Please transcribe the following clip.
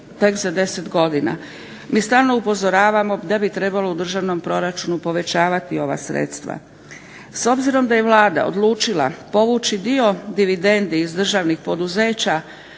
tek za 10 godina. Mi stalno upozoravamo da bi trebalo u državnom proračunu povećavati ova sredstva. S obzirom da je Vlada odlučila povući dio dividendi iz državnih poduzeća